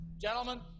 Gentlemen